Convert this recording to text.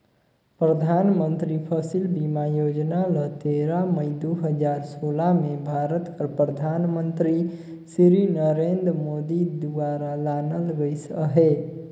परधानमंतरी फसिल बीमा योजना ल तेरा मई दू हजार सोला में भारत कर परधानमंतरी सिरी नरेन्द मोदी दुवारा लानल गइस अहे